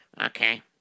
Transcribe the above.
Okay